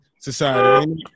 society